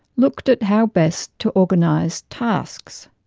looked at how best to organise tasks.